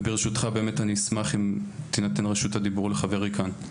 וברשותך אני באמת אשמח אם תינתן רשות הדיבור לחברי כאן.